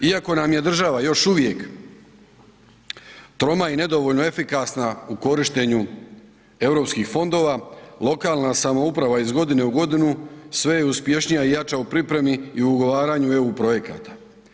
Iako nam je država još uvijek troma i nedovoljno efikasna u korištenju EU fondova, lokalna samouprava iz godine u godinu, sve je uspješnija i jača u pripremi i ugovaranju EU projekata.